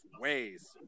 ways